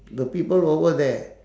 the people over there